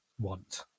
want